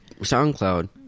SoundCloud